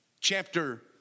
chapter